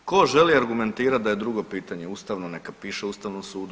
Tko želi argumentirati da je drugo pitanje ustavno neka piše Ustavnom sudu.